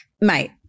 mate